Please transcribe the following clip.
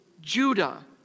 Judah